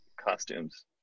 costumes